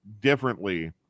differently